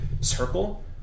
circle